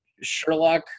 sherlock